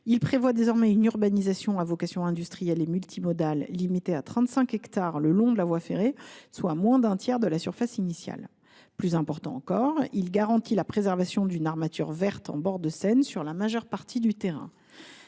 Il prévoit désormais une urbanisation à vocation industrielle et multimodale limitée à 35 hectares le long de la voie ferrée, soit moins d’un tiers de la surface initiale. Plus important encore, il garantit la préservation d’une armature verte en bord de Seine sur la majeure partie du terrain.